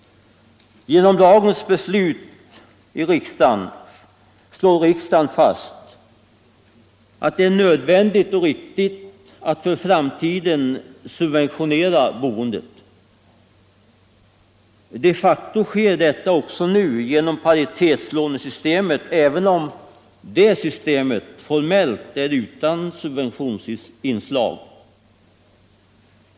Genom dagens beslut slår riksdagen fast att det är nödvändigt och riktigt att för framtiden subventionera boendet. De facto sker detta också nu genom paritetslånesystemet, även om det systemet formellt är utan subventionsinslag.